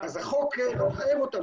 אז החוק לא מחייב אותם.